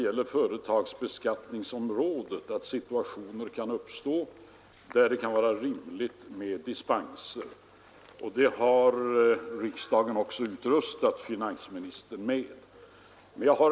På företagsbeskattningsområdet kan situationer uppstå där det kan vara rimligt med dispenser, och riksdagen har utrustat finansministern med möjligheten att använda sådana.